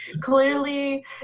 clearly